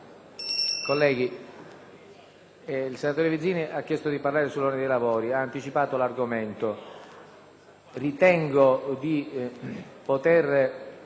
il senatore Vizzini ha chiesto di parlare sull'ordine dei lavori anticipando l'argomento.